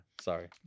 Sorry